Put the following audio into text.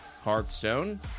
Hearthstone